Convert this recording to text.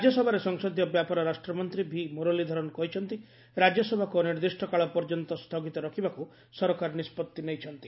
ରାଜ୍ୟସଭାରେ ସଂସଦୀୟ ବ୍ୟାପାର ରାଷ୍ଟ୍ରମନ୍ତ୍ରୀ ଭିମୁରଲୀଧରନ୍ କହିଚ୍ଚନ୍ତି ରାଜ୍ୟସଭାକୁ ଅନିର୍ଦ୍ଦିଷ୍ଟ କାଳ ପର୍ଯ୍ୟନ୍ତ ସ୍ଥଗିତ ରଖିବାକୁ ସରକାର ନିଷ୍ପଭି ନେଇଛନ୍ତି